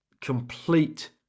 complete